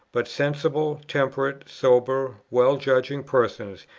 but sensible, temperate, sober, well-judging persons,